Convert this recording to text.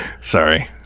sorry